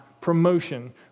promotion